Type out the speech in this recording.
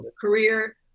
career